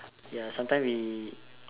ya sometimes we